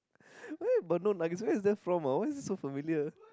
why but no lah where is that from why is it so familiar